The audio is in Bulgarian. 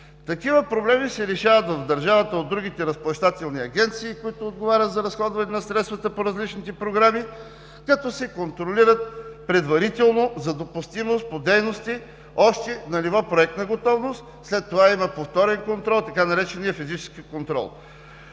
Такива проблеми се решават в държавата от другите разплащателни агенции, които отговарят за разходването на средствата по различните програми, като се контролират предварително за допустимост по дейности още на ниво „проектна готовност“, след това има повторен контрол – така нареченият „физически контрол“.